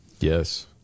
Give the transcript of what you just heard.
Yes